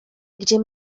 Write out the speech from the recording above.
gdzie